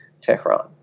Tehran